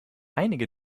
einige